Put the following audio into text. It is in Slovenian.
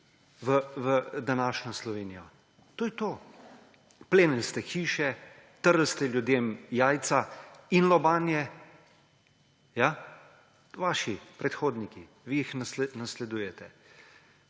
v današnjo Slovenijo! To je to. Plenili ste hiše, trli ste ljudem jajca in lobanje – ja, vaši predhodniki, vi jih nasledujete